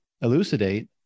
elucidate